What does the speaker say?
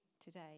today